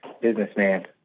businessman